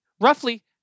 roughly